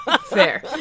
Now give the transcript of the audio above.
Fair